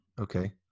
Okay